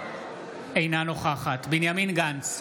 אינה נוכחת בנימין גנץ,